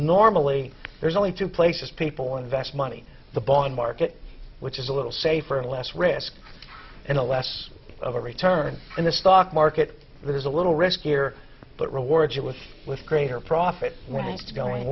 normally there's only two places people invest money the bond market which is a little safer and less risk and a less of a return in the stock market there's a little risk here but rewards it was with greater profit